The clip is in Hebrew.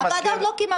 אנחנו כבר